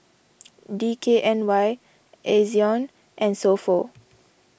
D K N Y Ezion and So Pho